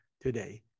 today